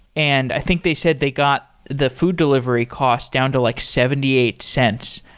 and i think they said they got the food delivery cost down to like seventy eight cents,